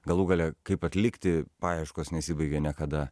galų gale kaip atlikti paieškos nesibaigia niekada